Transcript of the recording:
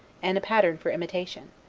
and a pattern for imitation.